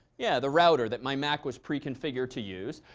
yeah, the router that my mac was preconfigured to use.